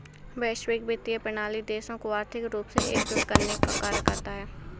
वैश्विक वित्तीय प्रणाली देशों को आर्थिक रूप से एकजुट करने का कार्य करता है